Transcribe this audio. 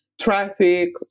traffic